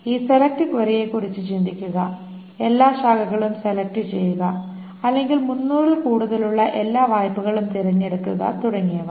ഈ സെലക്ട് കൊയ്റിയെക്കുറിച്ച് ചിന്തിക്കുക എല്ലാ ശാഖകളും സെലക്ട് ചെയ്യുക അല്ലെങ്കിൽ 300 ൽ കൂടുതലുള്ള എല്ലാ വായ്പകളും തിരഞ്ഞെടുക്കുക തുടങ്ങിയവ